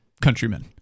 countrymen